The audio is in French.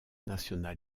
national